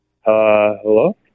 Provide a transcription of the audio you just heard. hello